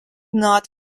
not